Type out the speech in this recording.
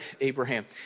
Abraham